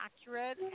accurate